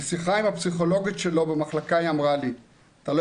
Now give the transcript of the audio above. בשיחה עם הפסיכולוגית שלו במחלקה היא אמרה לי: אתה לא